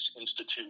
Institute